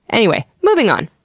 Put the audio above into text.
anyway. moving on!